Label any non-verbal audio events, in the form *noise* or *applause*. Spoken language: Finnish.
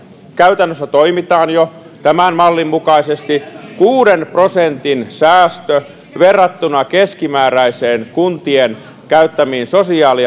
käytännössä toimitaan jo tämän mallin mukaisesti kuuden prosentin säästö verrattuna keskimääräisiin kuntien käyttämiin sosiaali *unintelligible*